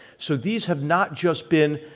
so, these have not just been,